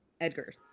Edgar